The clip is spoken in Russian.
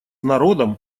народом